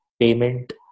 payment